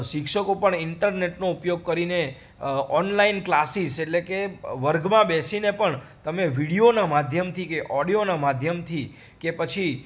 શિક્ષકો પણ ઈન્ટરનેટનો ઉપયોગ કરીને ઓનલાઈન ક્લાસીસ એટલે કે વર્ગમાં બેસીને પણ તમે વિડીયોના માધ્યમથી કે ઓડિયોના માધ્યમથી કે પછી